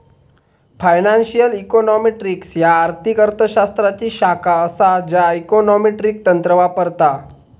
financial econometrics ह्या आर्थिक अर्थ शास्त्राची शाखा असा ज्या इकॉनॉमेट्रिक तंत्र वापरता